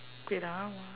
wait ah